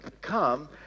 come